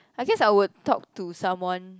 I guess I would talk to someone